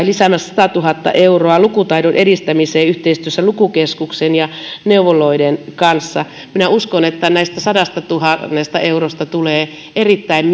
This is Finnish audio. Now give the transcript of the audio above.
lisäämässä satatuhatta euroa lukutaidon edistämiseen yhteistyössä lukukeskuksen ja neuvoloiden kanssa minä uskon että tästä sadastatuhannesta eurosta tulee erittäin